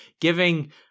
giving